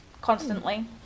constantly